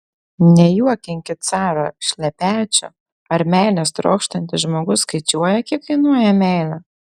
nejuokinkit caro šlepečių ar meilės trokštantis žmogus skaičiuoja kiek kainuoja meilė